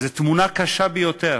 זו תמונה קשה ביותר,